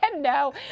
no